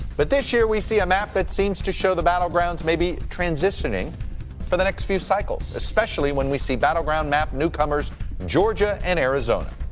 but this year we see a map that seems to show the battleground may be transitioning for the next few cycles, especially when we see battleground map newcomers georgia and arizona.